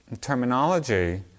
terminology